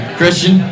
Christian